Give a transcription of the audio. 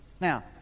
Now